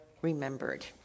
remembered